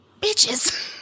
bitches